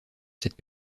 cette